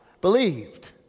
Believed